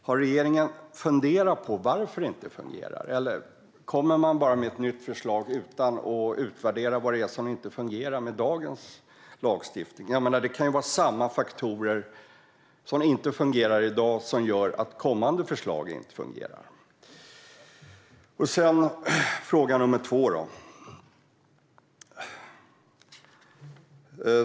Har regeringen funderat på varför det inte fungerar, eller kommer man bara med ett nytt förslag utan att ha utvärderat vad som inte fungerar med dagens lagstiftning? De faktorer som gör att dagens lagstiftning inte fungerar kan ju också göra att kommande förslag inte fungerar. Så kommer jag till andra frågan.